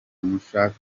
nushaka